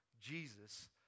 Jesus